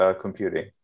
computing